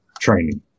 training